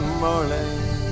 morning